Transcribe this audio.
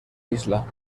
isla